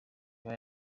iba